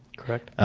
correct.